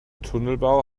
tunnelbau